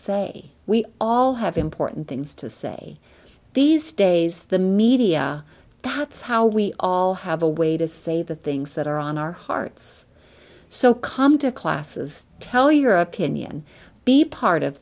say we all have important things to say these days the media that's how we all have a way to say the things that are on our hearts so come to classes tell your opinion be part of